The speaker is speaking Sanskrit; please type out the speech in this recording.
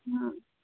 हा